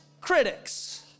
critics